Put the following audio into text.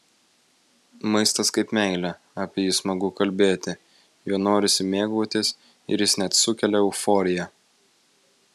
maistas kaip meilė apie jį smagu kalbėti juo norisi mėgautis ir jis net sukelia euforiją